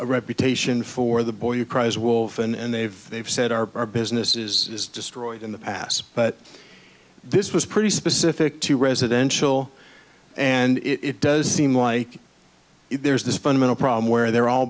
a reputation for the boy you cries wolf and they've they've said our business is destroyed in the past but this was pretty specific to residential and it does seem like there's this fundamental problem where they're all